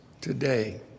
Today